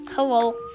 hello